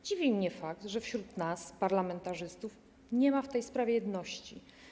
Dziwi mnie fakt, że wśród nas, parlamentarzystów, nie ma w tej sprawie jedności.